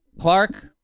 Clark